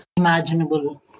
Imaginable